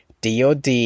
DOD